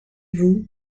vous